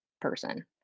person